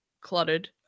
cluttered